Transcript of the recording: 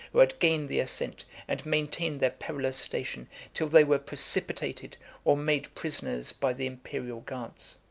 who had gained the ascent, and maintained their perilous station till they were precipitated or made prisoners by the imperial guards.